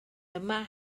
yma